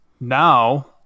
now